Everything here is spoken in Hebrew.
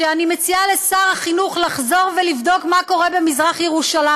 ואני מציעה לשר החינוך לחזור ולבדוק מה קורה במזרח-ירושלים.